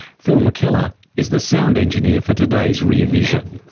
phil mckellar is the sound engineer for today's rear vision.